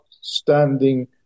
standing